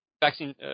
vaccine